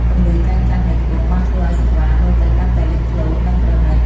ពន្លឺចែងចាំងនៃត្បូងបានធ្វើឱ្យសង្វារមើលទៅកាន់តែលេចធ្លោ និងប្រណីត។